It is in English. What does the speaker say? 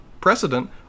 precedent